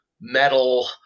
metal